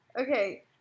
Okay